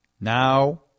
Now